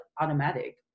automatic